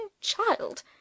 child